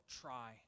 try